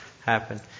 happen